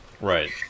Right